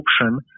option